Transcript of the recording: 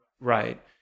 Right